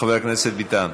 חבר הכנסת ביטן?